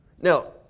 Now